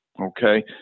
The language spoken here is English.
Okay